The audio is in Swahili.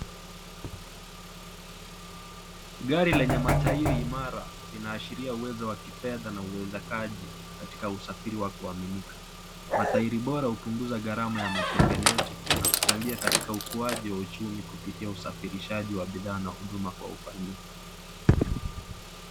Gari lenye mataeri imara inaashiria uwezo wa kifedha na uwezekaji katika usafiri ya kuaminika. Mataeri bora hupunguza gharama ya matengenezo na kuchangia katika ukuaji wa uchumi kupitia usafirishaji wa bidhaa na huduma kwa ufanisi.